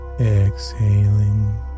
exhaling